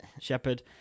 Shepard